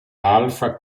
alfa